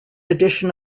edition